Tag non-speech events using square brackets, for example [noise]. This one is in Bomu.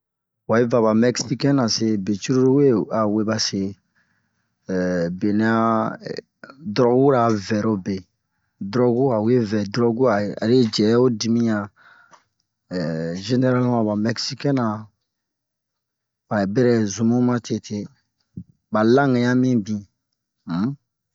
Wa yi va ba meksikɛn na se be cururu we a we ba se [hesitation] benɛ a dogura vɛrobe drogu a le vɛ drogu a a le jɛ ho dimiyan [hesitation] generaleman ba meksikɛn na ba bɛrɛ zun mu ma tete ba lange yan mibin um